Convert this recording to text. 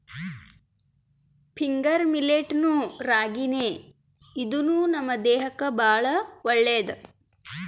finger millet ನು ರಾಗಿನೇ ಇದೂನು ನಮ್ ದೇಹಕ್ಕ್ ಭಾಳ್ ಒಳ್ಳೇದ್